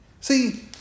See